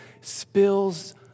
spills